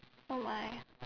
oh my